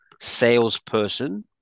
salesperson